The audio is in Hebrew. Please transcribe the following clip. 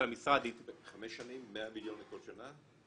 חמש שנים, 100 מיליון לכל שנה?